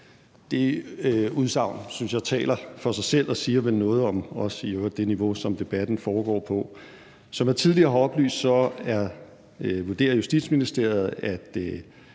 jeg taler for sig selv og siger vel i øvrigt også noget om det niveau, som debatten foregår på. Som jeg tidligere har oplyst, vurderer Justitsministeriet, at